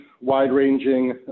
wide-ranging